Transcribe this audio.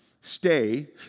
stay